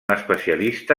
especialista